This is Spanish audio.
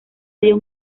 dio